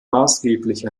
maßgeblich